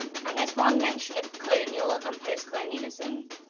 and there's one mention of colonial and post colonialism.